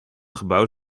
gebouw